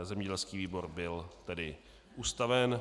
Zemědělský výbor byl ustaven.